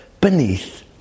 beneath